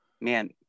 man